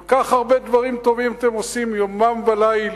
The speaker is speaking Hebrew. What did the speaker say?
כל כך הרבה דברים טובים אתם עושים, יומם וליל,